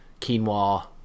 quinoa